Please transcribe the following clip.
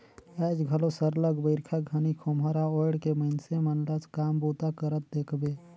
आएज घलो सरलग बरिखा घनी खोम्हरा ओएढ़ के मइनसे मन ल काम बूता करत देखबे